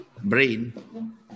brain